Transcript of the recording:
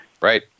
right